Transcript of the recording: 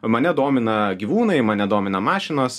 mane domina gyvūnai mane domina mašinos